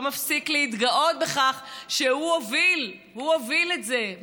לא מפסיק להתגאות בכך שהוא הוביל את זה,